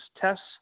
tests